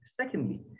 Secondly